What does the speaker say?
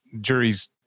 juries